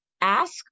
ask